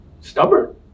stubborn